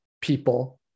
people